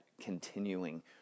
continuing